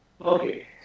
Okay